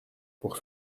pour